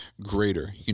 greater